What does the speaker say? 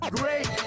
great